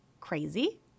crazy